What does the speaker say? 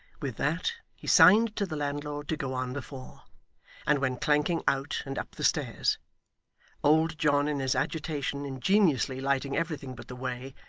with that, he signed to the landlord to go on before and went clanking out, and up the stairs old john, in his agitation, ingeniously lighting everything but the way,